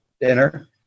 dinner